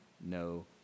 no